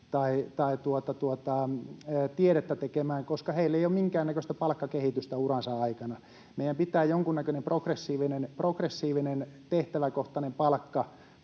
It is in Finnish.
tai tiedettä tekemään, koska heille ei ole minkään näköistä palkkakehitystä uransa aikana. Meidän pitää jonkun näköinen progressiivinen, tehtäväkohtainen